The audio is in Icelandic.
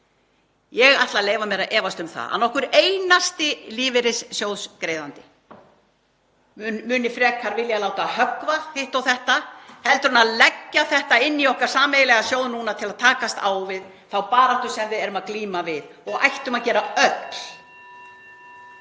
Ég ætla að leyfa mér að efast um að nokkur einasti lífeyrissjóðsgreiðandi myndi frekar vilja láta höggva hitt og þetta en að leggja þetta inn í okkar sameiginlega sjóð núna til að takast á við þá baráttu sem við erum að heyja núna og ættum öll að gera.